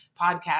podcast